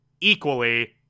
equally